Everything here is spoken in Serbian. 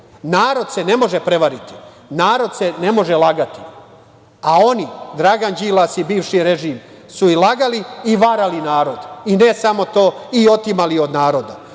Narod se ne može prevariti, narod se ne može lagati, a oni, Dragan Đilas i bivši režim, su i lagali i varali narod, i ne samo to, i otimali od naroda.